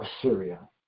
Assyria